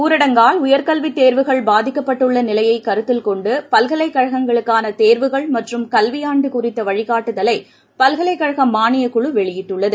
ஊரடங்கால் உயர் கல்வித் தேர்வுகள் பாதிக்கப்பட்டுள்ளதைக் கருத்தில் கொண்டு பல்கலைக்கழகங்களுக்கான தேர்வுகள் மற்றும் கல்வி ஆண்டு குறித்த வழிகாட்டுதலை பல்கலைக்கழக மானியக் குழு வெளியிட்டுள்ளது